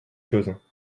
chose